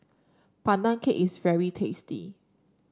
Pandan Cake is very tasty